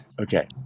Okay